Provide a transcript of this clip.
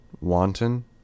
Wanton